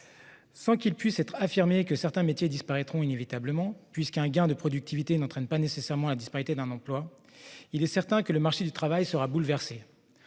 Sans qu'il puisse être affirmé que certains métiers disparaîtront inévitablement, puisqu'un gain de productivité n'entraîne pas nécessairement la disparition d'un emploi, il est certain que le marché du travail sera bouleversé.